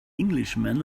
englishman